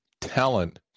talent